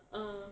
uh